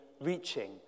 reaching